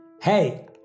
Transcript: Hey